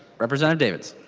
representative davids